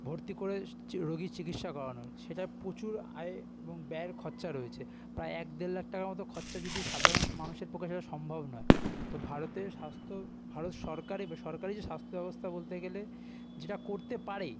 ভর্তি করে চি রোগীর চিকিৎসা করানোর সেটা প্রচুর আয় এবং ব্যয়ের র খরচা রয়েছে প্রায় এক দেড় লাখ টাকার মতোন খরচা যদি সাধারণ মানুষের পক্ষে সেটা সম্ভব নয় তো ভারতের স্বাস্থ্য ভারত সরকারের সরকারি যে স্বাস্থ্য ব্যবস্থা বলতে গেলে যেটা করতে পারে